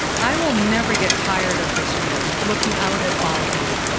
i will never get tired of this view, looking out at all of you.